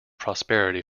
prosperity